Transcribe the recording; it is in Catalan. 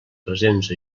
presents